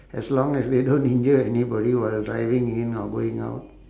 as long as they don't injure anybody while driving in or going out